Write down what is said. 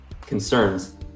concerns